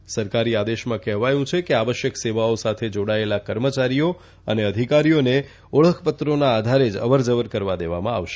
મુકવામાં આવ્યો છેઆદેશમાં કહેવાયું છે કે આવશ્યક સેવાઓ સાથે જાડાયેલા કર્મચારીઓ અને અધિકારીઓના ઓળખપત્રોના આધારે જ અવરજવર કરવા દેવામાં આવશે